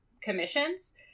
commissions